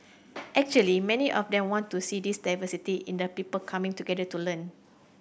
actually many of them want to see this diversity in the people coming together to learn